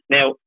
Now